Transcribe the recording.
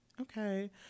okay